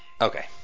Okay